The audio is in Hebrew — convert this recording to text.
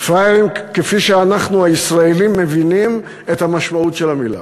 פראיירים כפי שאנחנו הישראלים מבינים את המשמעות של המילה.